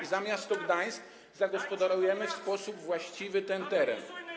i za miasto Gdańsk zagospodarujemy w sposób właściwy ten teren.